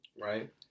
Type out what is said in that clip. Right